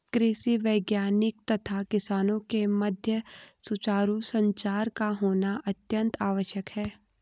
कृषि वैज्ञानिक तथा किसानों के मध्य सुचारू संचार का होना अत्यंत आवश्यक है